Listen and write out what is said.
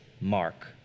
mark